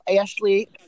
Ashley